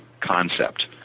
concept